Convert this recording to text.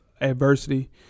adversity